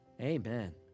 Amen